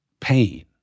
pain